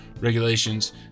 regulations